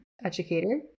educator